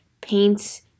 paints